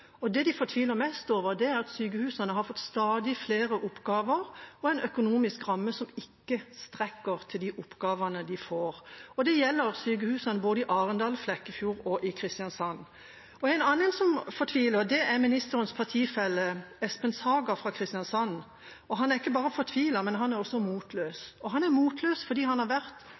og jordmødre. Det de fortviler mest over, er at sykehusene har fått stadig flere oppgaver og en økonomisk ramme som ikke strekker til de oppgavene de får. Det gjelder sykehusene i både Arendal, Flekkefjord og Kristiansand. En annen som fortviler, er ministerens partifelle Espen Saga fra Kristiansand. Og han er ikke bare fortvilt, men han er også motløs. Han er motløs fordi han har vært